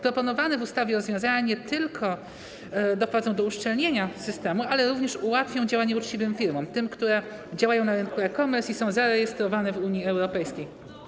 Proponowane w ustawie rozwiązania nie tylko doprowadzą do uszczelnienia systemu, ale również ułatwią działanie uczciwym firmom, tym, które działają na rynku e-commerce i są zarejestrowane w Unii Europejskiej.